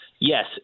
Yes